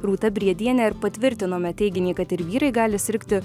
rūta briediene ir patvirtinome teiginį kad ir vyrai gali sirgti